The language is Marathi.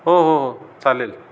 हो हो हो चालेल